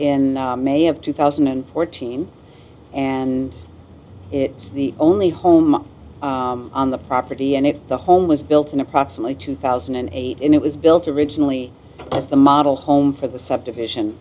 in may of two thousand and fourteen and it's the only home on the property and it the home was built in approximately two thousand and eight and it was built originally as the model home for the subdivision